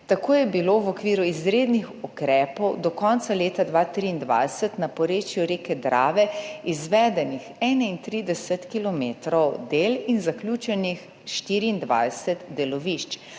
Tako je bilo v okviru izrednih ukrepov do konca leta 2023 na porečju reke Drave izvedenih 31 kilometrov del in zaključenih 24 delovišč,